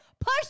Push